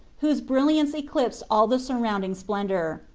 whose brilliance eclipsed all the surrounding splendour,